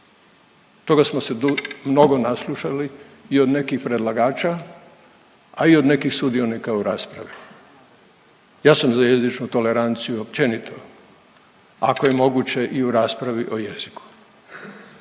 Toga smo se mnogo naslušali i od nekih predlagača, a i od nekih sudionika u raspravi. Ja sam za jezičnu toleranciju općenito, ako je moguće i u raspravi o jeziku.